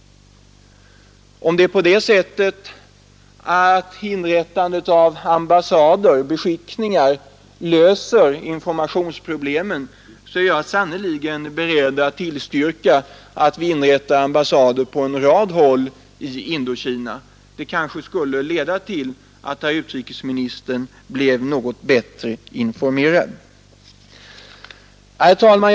Om inrättandet av ambassader och beskickningar löser informationsproblemen, så är jag sannerligen beredd att tillstyrka att vi inrättar ambassader på en rad håll i Indokina. Det kanske skulle leda till att herr utrikesministern blev något bättre informerad. Herr talman!